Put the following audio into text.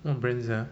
what brands sia